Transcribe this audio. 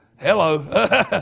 Hello